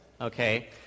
okay